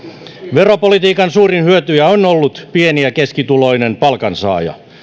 veropolitiikan suurin hyötyjä on on ollut pieni ja keskituloinen palkansaaja